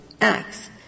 acts